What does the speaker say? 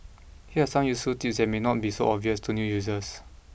here are some useful tips that may not be so obvious to new users